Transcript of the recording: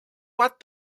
what